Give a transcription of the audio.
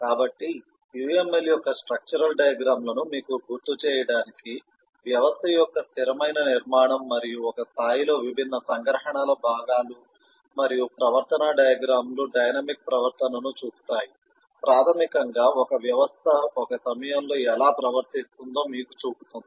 కాబట్టి UML యొక్క structural diagram లను మీకు గుర్తు చేయడానికి వ్యవస్థ యొక్క స్థిరమైన నిర్మాణం మరియు ఒక స్థాయిలో విభిన్న సంగ్రహణల భాగాలు మరియు ప్రవర్తనా డయాగ్రమ్ లు డైనమిక్ ప్రవర్తనను చూపుతాయి ప్రాథమికంగా ఒక వ్యవస్థ ఒక సమయంలో ఎలా ప్రవర్తిస్తుందో మీకు చూపుతుంది